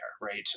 right